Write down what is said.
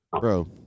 Bro